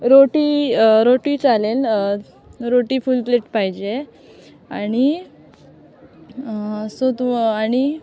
रोटी रोटी चालेल रोटी फुल प्लेट पाहिजे आणि सो तू आणि